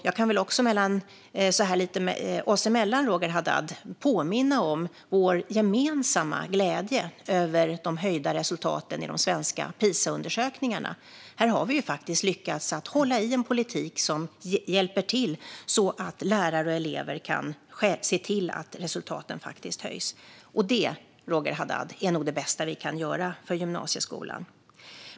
Jag kan väl också - så här lite oss emellan, Roger Haddad - påminna om vår gemensamma glädje över de höjda resultaten i de svenska PISA-undersökningarna. Här har vi faktiskt lyckats att hålla i en politik som hjälper till så att lärare och elever kan se till att resultaten höjs. Det, Roger Haddad, är nog det bästa vi kan göra för gymnasieskolan.